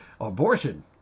abortion